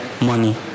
money